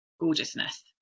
gorgeousness